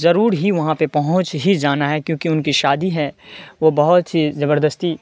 ضرور ہی وہاں پہ پہنچ ہی جانا ہے کیونکہ ان کی شادی ہے وہ بہت ہی زبردستی